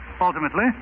ultimately